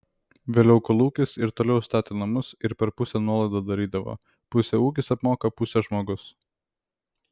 vėliau kolūkis ir toliau statė namus ir per pusę nuolaidą darydavo pusę ūkis apmoka pusę žmogus